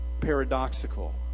paradoxical